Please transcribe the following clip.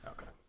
Okay